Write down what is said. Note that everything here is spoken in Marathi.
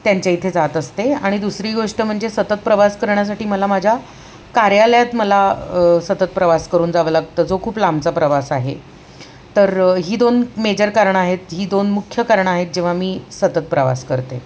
त्यांच्या इथे जात असते आणि दुसरी गोष्ट म्हणजे सतत प्रवास करण्यासाठी मला माझ्या कार्यालयात मला सतत प्रवास करून जावं लागतं जो खूप लांबचा प्रवास आहे तर ही दोन मेजर कारण आहेत ही दोन मुख्य कारण आहेत जेव्हा मी सतत प्रवास करते